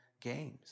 games